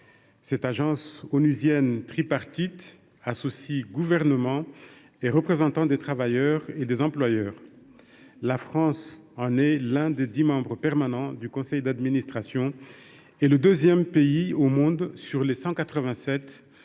Cette agence onusienne tripartite associe gouvernements et représentants des travailleurs et des employeurs. La France est l’un des dix membres permanents de son conseil d’administration et le deuxième pays au monde, sur les 187 États